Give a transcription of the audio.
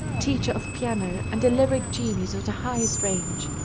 teacher of piano and a lyric genius of the highest range.